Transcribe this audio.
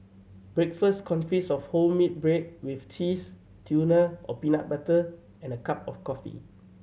breakfast consists of wholemeal bread with cheese tuna or peanut butter and a cup of coffee